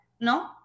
No